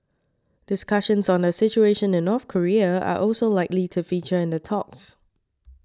discussions on the situation in North Korea are also likely to feature in the talks